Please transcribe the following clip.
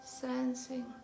sensing